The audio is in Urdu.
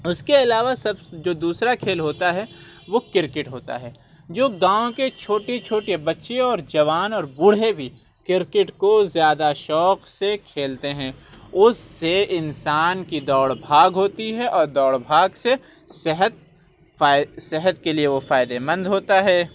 اس کے علاوہ سب جو دوسرا کھیل ہوتا ہے وہ کرکٹ ہوتا ہے جو گاؤں کے چھوٹے چھوٹے بچے اور جوان اور بوڑھے بھی کرکٹ کو زیادہ شوق سے کھیلتے ہیں اس سے انسان کی دوڑ بھاگ ہوتی ہے اور دوڑ بھاگ سے صحت فائے صحت کے لیے وہ فائدے مند ہوتا ہے